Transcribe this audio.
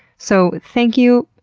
so, thank you.